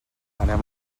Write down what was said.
anem